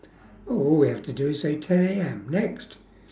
well all we have to do is say ten A_M next